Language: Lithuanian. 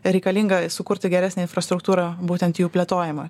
reikalinga sukurti geresnę infrastruktūrą būtent jų plėtojimui